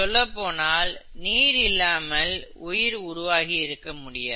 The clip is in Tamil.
சொல்லப்போனால் நீர் இல்லாமல் உயிர் உருவாகி இருக்க முடியாது